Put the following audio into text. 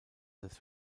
des